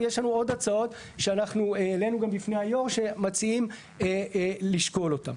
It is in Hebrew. אבל יש לנו עוד הצעות שאנחנו העלינו גם בפני היו"ר שמציעים לשקול אותם.